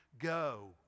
go